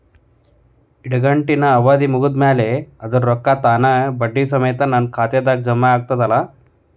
ಇಡಗಂಟಿನ್ ಅವಧಿ ಮುಗದ್ ಮ್ಯಾಲೆ ಅದರ ರೊಕ್ಕಾ ತಾನ ಬಡ್ಡಿ ಸಮೇತ ನನ್ನ ಖಾತೆದಾಗ್ ಜಮಾ ಆಗ್ತಾವ್ ಅಲಾ?